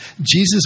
Jesus